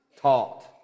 taught